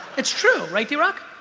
it's true right there rock.